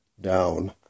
down